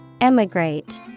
Emigrate